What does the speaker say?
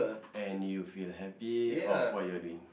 and you feel happy of what you are doing